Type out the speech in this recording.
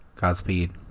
Godspeed